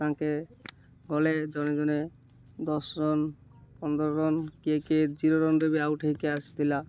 ତାଙ୍କେ ଗଲେ ଜଣେ ଜଣେ ଦଶ ରନ୍ ପନ୍ଦର ରନ୍ କିଏ କିଏ ଜିରୋ ରନ୍ରେ ବି ଆଉଟ୍ ହେଇକି ଆସିଥିଲା